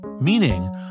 Meaning